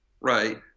Right